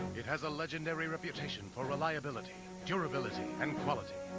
it has a legendary reputation for reliability, durability and quality.